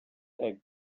egg